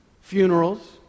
funerals